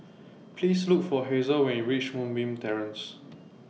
Please Look For Hazel when YOU REACH Moonbeam Terrace